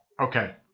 okay